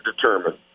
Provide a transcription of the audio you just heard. determine